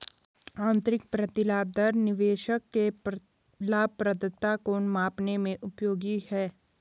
आंतरिक प्रतिलाभ दर निवेशक के लाभप्रदता को मापने में उपयोगी है